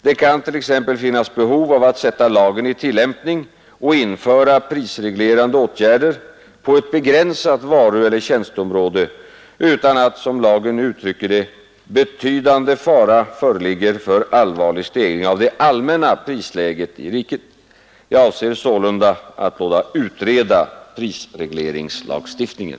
Det kan t.ex. finnas behov av att sätta lagen i tillämpning och införa prisreglerande åtgärder på ett begränsat varueller tjänsteområde utan att, såsom lagen nu uttrycker det, betydande fara föreligger för allvarlig stegring av det allmänna prisläget i riket. Jag avser sålunda att låta utreda prisregleringslagstiftningen.